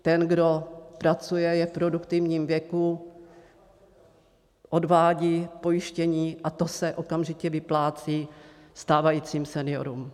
Ten, kdo pracuje, je v produktivním věku, odvádí pojištění a to se okamžitě vyplácí stávajícím seniorům.